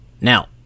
Now